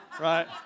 right